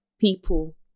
people